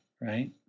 right